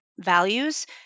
values